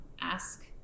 ask